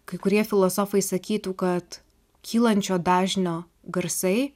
kai kurie filosofai sakytų kad kylančio dažnio garsai